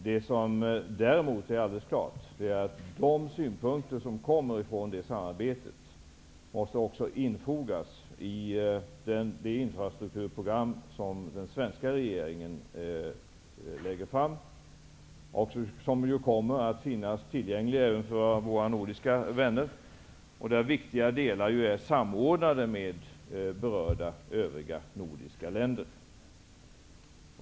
Det som däremot är alldeles klart är att de synpunkter som förs fram i det samarbetet skall infogas i det infrastrukturprogram som den svenska regeringen lägger fram, som kommer att finnas tillgängligt för våra nordiska vänner och där viktiga delar är samordnade med berörda övriga nordiska länder.